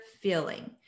feeling